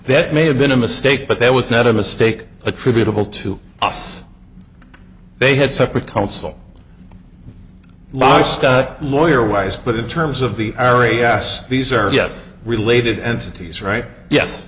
that may have been a mistake but that was not a mistake attributable to us they had separate counsel law stuck lawyer wise but in terms of the area yes these are yes related entities right yes